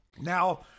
Now –